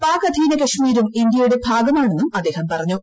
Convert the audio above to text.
പാക് അധീന കശ്മീരും ഇന്ത്യയുടെ ഭാഗമാണെന്നും അദ്ദേഹം പറഞ്ഞു